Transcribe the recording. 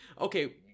Okay